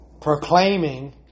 Proclaiming